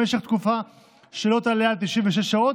במשך תקופה שלא תעלה על 96 שעות,